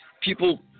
People